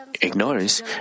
ignorance